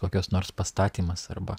kokios nors pastatymas arba